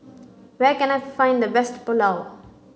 where can I find the best Pulao